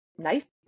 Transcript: nice